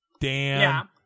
dan